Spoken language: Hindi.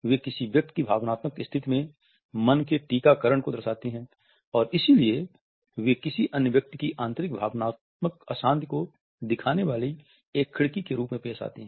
वे किसी व्यक्ति की भावनात्मक स्थिति में मन के टीका करण को दर्शाती हैं और इसलिए वे किसी अन्य व्यक्ति की आंतरिक भावनात्मक अशांति को दिखने वाली एक खिड़की के रूप में पेश आती हैं